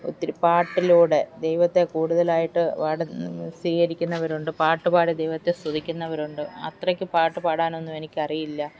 ഒത്തിരി പാട്ടിലൂടെ ദൈവത്തെ കൂടുതലായിട്ടു പാടുന്ന സ്വീകരിക്കുന്നവരുണ്ട് പാട്ടു പാടി ദൈവത്തെ സ്തുതിക്കുന്നവരുണ്ട് അത്രയ്ക്കു പാട്ടു പാടാനൊന്നും എനിയ്ക്കറിയില്ല